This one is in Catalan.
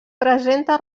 presenta